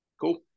Cool